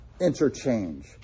interchange